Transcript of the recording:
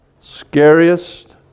scariest